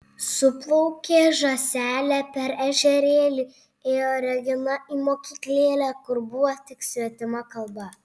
su plaukė žąselė per ežerėlį ėjo regina į mokyklėlę kur buvo tik svetima kalba